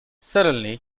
suddenly